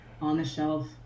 on-the-shelf